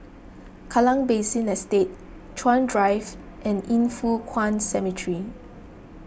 Kallang Basin Estate Chuan Drive and Yin Foh Kuan Cemetery